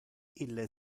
ille